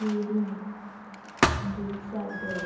Keri Dudhsagar